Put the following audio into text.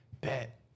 bet